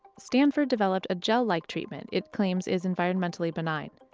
stanford developed a gel-like treatment it claims is environmentally benign.